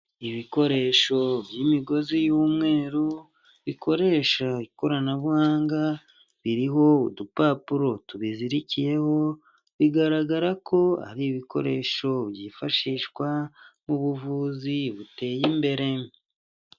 Ibikoresho by'imigozi y'umweru bikoresha ikoranabuhanga, biriho udupapuro tubizirikiyeho, bigaragara ko ari ibikoresho byifashishwa mu buvuzi buteye imbere.